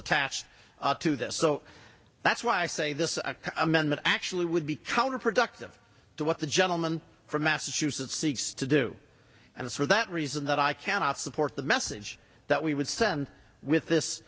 attached to this so that's why this amendment actually would be counterproductive to what the gentleman from massachusetts seeks to do and it's for that reason that i cannot support the message that we would send with this